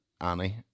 Annie